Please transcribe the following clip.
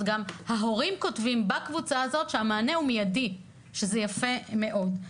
גם ההורים כותבים בקבוצה שהמענה הוא מידי שזה יפה מאוד.